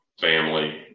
family